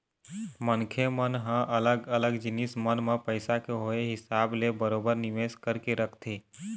मनखे मन ह अलग अलग जिनिस मन म पइसा के होय हिसाब ले बरोबर निवेश करके रखथे